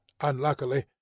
unluckily